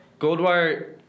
Goldwire